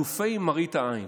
אלופי מראית העין.